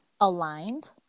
aligned